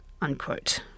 unquote